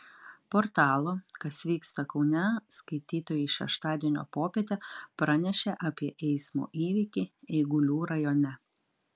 portalo kas vyksta kaune skaitytojai šeštadienio popietę pranešė apie eismo įvykį eigulių rajone